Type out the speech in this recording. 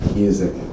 music